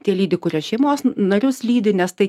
telydi kurias šeimos narius lydi nes tai